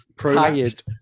Tired